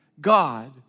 God